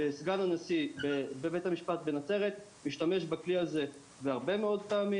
סגן הנשיא בבית המשפט בנצרת משתמש בכלי הזה הרבה מאוד פעמים.